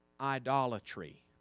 idolatry